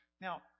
Now